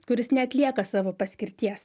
kuris neatlieka savo paskirties